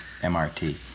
MRT